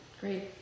great